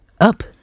up